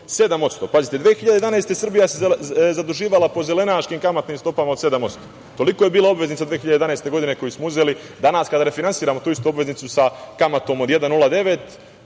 7%.Pazite, 2011. godine Srbija se zaduživala po zelenaškim kamatnim stopama od 7%, toliko je bila obveznica 2011. godine koju smo uzeli. Danas kad refinansiramo tu istu obveznicu sa kamatom od 1,09%